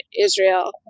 Israel